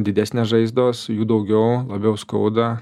didesnės žaizdos jų daugiau labiau skauda